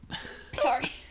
sorry